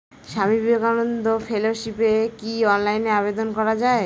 স্বামী বিবেকানন্দ ফেলোশিপে কি অনলাইনে আবেদন করা য়ায়?